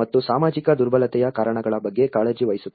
ಮತ್ತು ಸಾಮಾಜಿಕ ದುರ್ಬಲತೆಯ ಕಾರಣಗಳ ಬಗ್ಗೆ ಕಾಳಜಿ ವಹಿಸುತ್ತದೆ